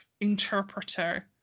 interpreter